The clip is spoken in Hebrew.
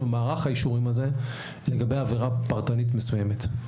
ומערך האישורים הזה לגבי עבירה פרטנית מסוימת.